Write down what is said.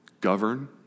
Govern